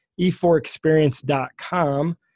e4experience.com